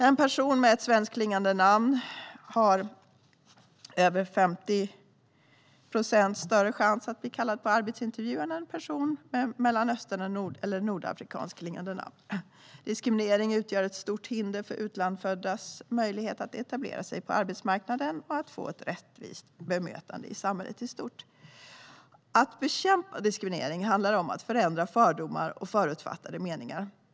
En person med ett svenskklingande namn har över 50 procents större chans att bli kallad på arbetsintervju än en person med ett Mellanöstern eller nordafrikanskt klingande namn. Diskriminering utgör ett stort hinder för utlandsföddas möjlighet att etablera sig på arbetsmarknaden och att få ett rättvist bemötande i samhället i stort. Att bekämpa diskriminering handlar om att förändra fördomar och förutfattade meningar.